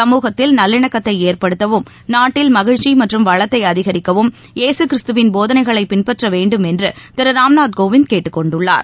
சமூகத்தில் நல்லிணக்கத்தைஏற்படுத்தவும் நாட்டில் மகிழ்ச்சிமற்றும் வளத்தைஅதிகரிக்கவும் யேககிறிஸ்துவின் போதனைகளைபின்பற்றவேண்டும் என்றுதிருராம்நாத் கோவிந்த் கேட்டுக்கொண்டுள்ளார்